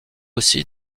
aussi